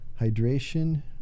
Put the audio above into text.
hydration